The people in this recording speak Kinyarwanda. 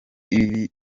ibi